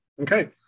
Okay